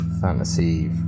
fantasy